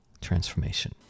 transformation